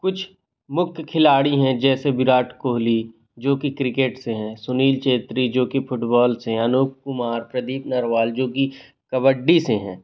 कुछ मुख्य खिलाड़ी हैं जैसे विराट कोहली जो कि क्रिकेट से हैं सुनिल चेत्री जो कि फ़ुटबॉल से हैं अनूप कुमार प्रदीप नरवाल जो कि कबड्डी से हैं